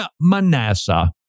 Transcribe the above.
Manasseh